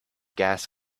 gas